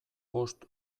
bost